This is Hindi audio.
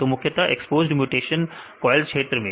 तो मुख्यतः एक्सपोज्ड म्यूटेशन कोयल क्षेत्र में